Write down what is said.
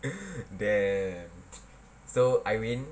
damn so I win